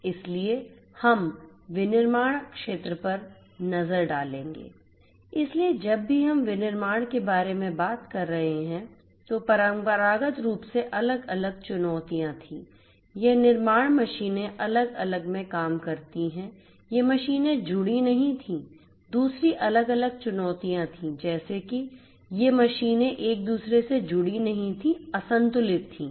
इसलिए हम विनिर्माण क्षेत्र पर नजर डालेंगे इसलिए जब भी हम विनिर्माण के बारे में बात कर रहे हैं तो परंपरागत रूप से अलग अलग चुनौतियाँ थीं यह निर्माण मशीनें अलग में काम करती हैं ये मशीनें जुड़ी नहीं थीं दूसरी अलग अलग चुनौतियाँ थीं जैसे कि ये मशीनें एक दूसरे से जुड़ी नहीं थीं असंतुलित थीं